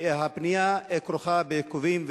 והפנייה כרוכה בעיכובים,